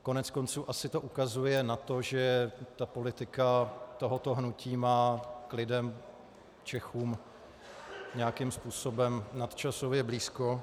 Koneckonců to asi ukazuje na to, že politika tohoto hnutí má k lidem, k Čechům, nějakým způsobem nadčasově blízko.